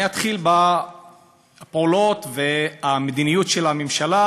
אני אתחיל בפעולות ובמדיניות של הממשלה